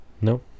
No